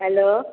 hello